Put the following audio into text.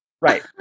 right